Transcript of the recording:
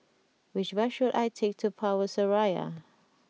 which bus should I take to Power Seraya